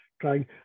trying